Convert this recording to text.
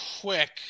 quick